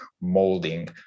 molding